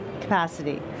capacity